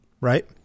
right